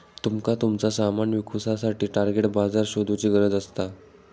तुमका तुमचा सामान विकुसाठी टार्गेट बाजार शोधुची गरज असा